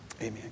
Amen